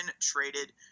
traded